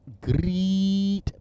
Greet